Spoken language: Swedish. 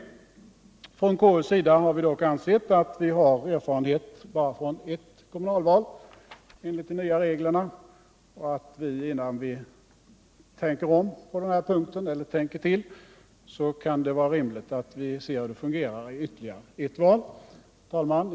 Inom konstitutionsutskottet har vi dock med tanke på att vi bara har erfarenhet från ett enda kommunalval enligt de nya reglerna ansett det vara rimligt att innan vi tänker om eller tänker till på denna punkt se hur de fungerar i ytterligare ett val. Herr talman!